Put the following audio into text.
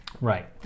Right